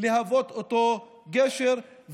להוות את אותו גשר,